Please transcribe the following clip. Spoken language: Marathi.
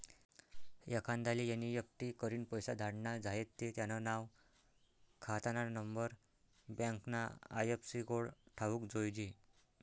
एखांदाले एन.ई.एफ.टी करीन पैसा धाडना झायेत ते त्यानं नाव, खातानानंबर, बँकना आय.एफ.सी कोड ठावूक जोयजे